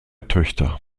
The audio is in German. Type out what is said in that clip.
töchter